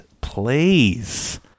Please